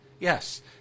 Yes